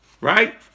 right